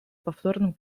повторным